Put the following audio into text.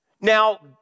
Now